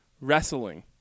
wrestling